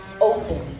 open